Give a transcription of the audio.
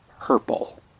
purple